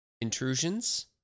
Intrusions